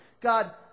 God